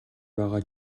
байгаа